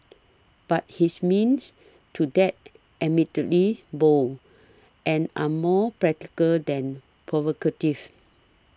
but his means to that admittedly bold end are more practical than provocative